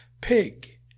Pig